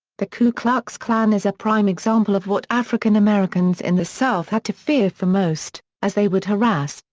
the ku klux klan is a prime example of what african americans in the south had to fear for most, as they would harass,